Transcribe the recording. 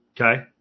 Okay